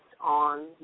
on